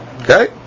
Okay